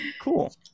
Cool